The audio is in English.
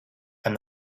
and